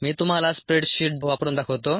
मी तुम्हाला spreadsheet वापरून दाखवतो